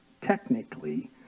technically